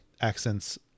accents